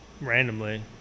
randomly